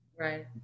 Right